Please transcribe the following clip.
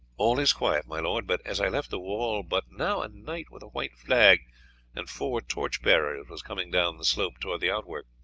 all is quiet, my lord but as i left the wall but now a knight with a white flag and four torch-bearers was coming down the slope towards the outwork.